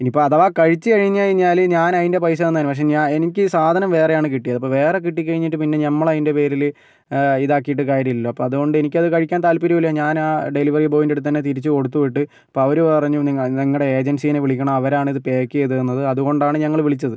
ഇനിയിപ്പോൾ അഥവാ കഴിച്ചു കഴിഞ്ഞു കഴിഞ്ഞാൽ ഞാനതിന്റെ പൈസ തന്നെന്നേ പക്ഷേ എനിക്ക് സാധനം വേറെയാണ് കിട്ടിയത് അപ്പം വേറെ കിട്ടിക്കഴിഞ്ഞിട്ട് പിന്നെ ഞമ്മളതിന്റെ പേരിൽ ഇതാക്കിയിട്ട് കാര്യമില്ലല്ലോ അപ്പോൾ അതുകൊണ്ട് എനിക്കത് കഴിക്കാൻ താത്പര്യമില്ല ഞാനാ ഡെലിവറി ബോയിന്റടുത്തു തന്നെ തിരിച്ച് കൊടുത്ത് വിട്ടു അപ്പം അവരു പറഞ്ഞു നിങ്ങളുടെ ഏജൻസിയെ വിളിക്കണം അവരാണിത് പാക്ക് ചെയ്തു തന്നത് അതുകൊണ്ടാണ് ഞങ്ങൾ വിളിച്ചത്